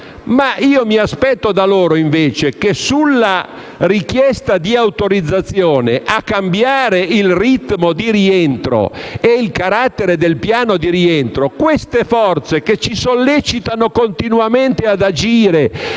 - mi aspetto invece che, sulla richiesta di autorizzazione a cambiare il ritmo e il carattere del piano di rientro, proprio queste forze, che ci sollecitano continuamente ad agire